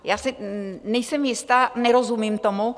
Já si nejsem jista, nerozumím tomu.